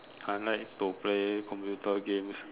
I like to play computer games